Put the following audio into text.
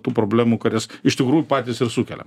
tų problemų kurias iš tikrųjų patys ir sukeliam